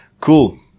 Cool